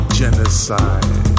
genocide